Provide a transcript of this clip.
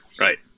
right